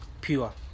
pure